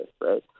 right